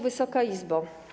Wysoka Izbo!